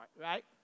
right